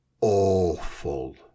awful